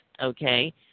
okay